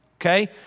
Okay